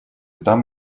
там